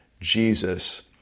Jesus